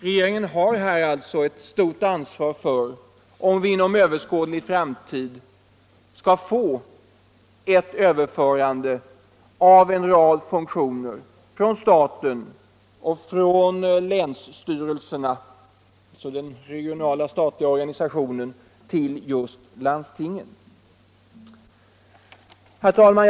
Den har alltså ett stort ansvar för frågan om vi inom överskådlig framtid skall få ett överförande av en rad funktioner från länsstyrelserna till landstingen. Herr talman!